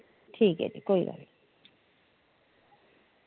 ठीक ऐ भी कोई गल्ल निं